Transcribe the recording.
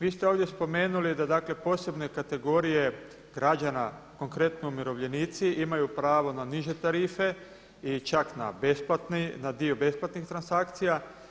Vi ste ovdje spomenuli da dakle posebne kategorije građana, konkretno umirovljenici imaju pravo na niže tarife i čak na besplatni, na dio besplatnih transakcija.